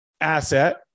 asset